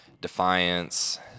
Defiance